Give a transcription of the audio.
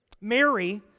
Mary